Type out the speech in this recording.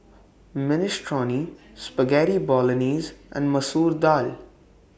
Minestrone Spaghetti Bolognese and Masoor Dal